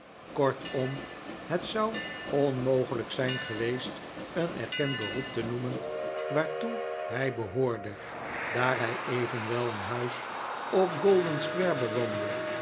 kortom het zou onmogelijk zijn geweest een erkend beroep te noemen waartoe hij behoorde daar hij evenwel een huis op golden-square bewoonde